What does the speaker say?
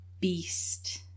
beast